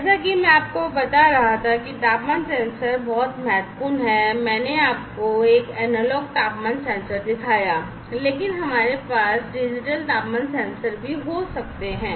जैसा कि मैं आपको बता रहा था कि तापमान सेंसर बहुत महत्वपूर्ण हैं मैंने आपको एक एनालॉग तापमान सेंसर दिखाया है लेकिन हमारे पास डिजिटल तापमान सेंसर भी हो सकते हैं